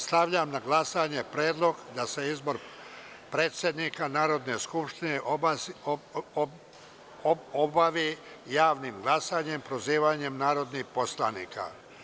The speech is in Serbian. Stavljam na glasanje predlog da se izbor predsednika Narodne skupštine obavi javnim glasanjem, prozivanjem narodnih poslanika.